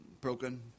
Broken